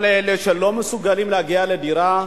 כל אלה שלא מסוגלים להגיע לדירה,